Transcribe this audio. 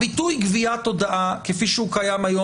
הביטוי גביית הודעה כפי שהוא קיים היום